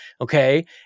okay